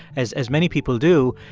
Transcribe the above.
as as many people do,